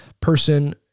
person